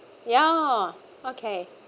ya okay